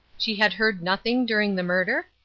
she had heard nothing during the murder?